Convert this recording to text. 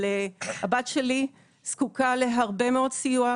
אבל הבת שלי זקוקה להרבה מאוד סיוע,